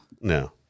No